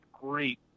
great